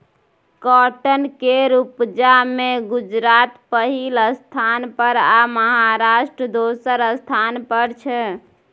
cotton केर उपजा मे गुजरात पहिल स्थान पर आ महाराष्ट्र दोसर स्थान पर छै